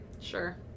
Sure